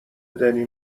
دنی